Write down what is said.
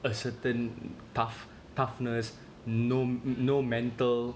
a certain tough toughness no no mental